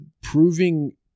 proving